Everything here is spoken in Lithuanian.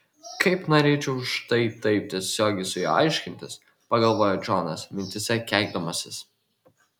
kaip norėčiau štai taip tiesiogiai su juo aiškintis pagalvojo džonas mintyse keikdamasis